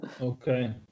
Okay